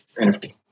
NFT